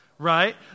right